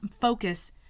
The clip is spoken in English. focus